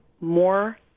more